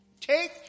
Take